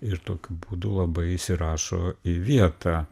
ir tokiu būdu labai įsirašo į vietą